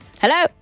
Hello